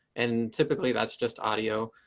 and typically, that's just audio.